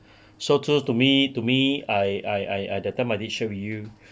so so to me to me I I I that time didn't share with you